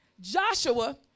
Joshua